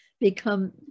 become